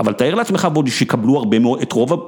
‫אבל תאר לעצמך, בודי, ‫שקבלו הרבה מאוד את רוב ה...